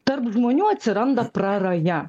tarp žmonių atsiranda praraja